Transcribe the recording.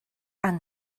and